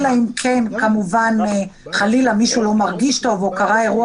אלא אם כן חלילה מישהו לא מרגיש טוב או קרה אירוע